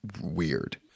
weird